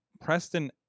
Preston